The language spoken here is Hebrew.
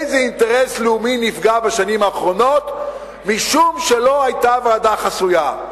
איזה אינטרס לאומי נפגע בשנים האחרונות משום שלא היתה ועדה חסויה.